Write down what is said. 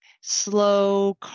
slow